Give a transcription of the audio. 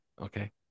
okay